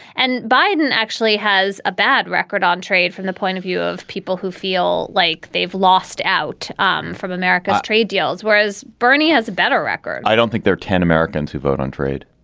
and biden actually has a bad record on trade from the point of view of people who feel like they've lost out um from america's trade deals, whereas bernie has a better record i don't think there are ten americans who vote on trade.